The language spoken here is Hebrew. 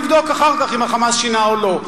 נבדוק אחר כך אם ה"חמאס" שינה או לא.